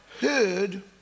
heard